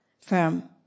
firm